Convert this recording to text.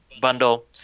bundle